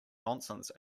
nonsense